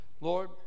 Lord